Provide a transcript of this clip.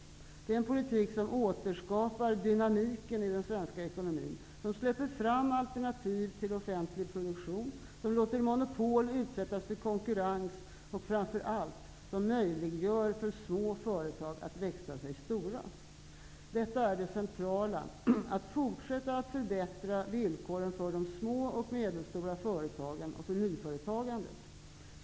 Det är en politik som återskapar dynamiken i den svenska ekonomin, som släpper fram alternativ till offentlig produktion, som låter monopol utsättas för konkurrens och som framför allt möjliggör för små företag att växa sig stora. Det centrala är att fortsätta att förbättra villkoren för de små och medelstora företagen och för nyföretagandet.